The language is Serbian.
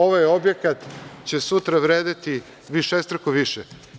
Ovaj objekat će sutra vredeti višestruko više.